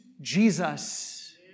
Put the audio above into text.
Jesus